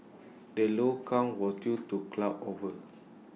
the low count was due to cloud over